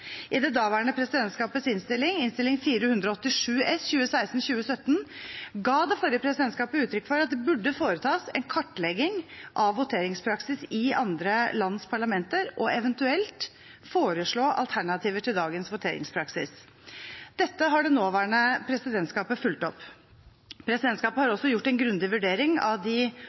I det daværende presidentskapets innstilling, Innst. 487 S for 2016–2017, ga det forrige presidentskapet uttrykk for at det burde foretas en kartlegging av voteringspraksis i andre lands parlamenter og eventuelt foreslås alternativer til dagens voteringspraksis. Dette har det nåværende presidentskapet fulgt opp. Presidentskapet har også gjort en grundig vurdering av de